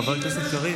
חבר הכנסת קריב.